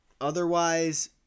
Otherwise